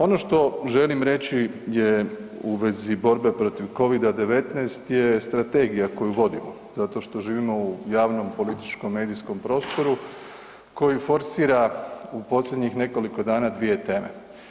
Ono što želim reći je u vezi borbe protiv covida-19 je strategija koju vodimo zato što živimo u javnom političkom medijskom prostoru koji forsira u posljednjih nekoliko dana dvije teme.